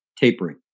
tapering